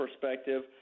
perspective